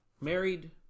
married